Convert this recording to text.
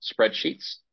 spreadsheets